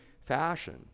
fashion